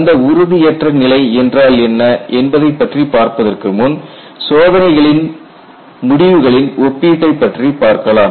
அந்த உறுதியற்ற நிலை என்றால் என்ன என்பதைப் பற்றி பார்ப்பதற்கு முன் சோதனைகளின் முடிவுகளின் ஒப்பீட்டை பற்றி பார்க்கலாம்